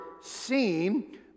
seen